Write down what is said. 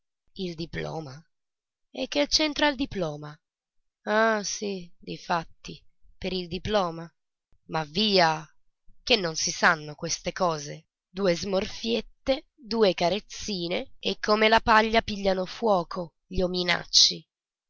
il diploma e che c'entra il diploma ah sì difatti per il diploma ma via che non si sanno queste cose due smorfiette due carezzine e come la paglia pigliano fuoco gli ominacci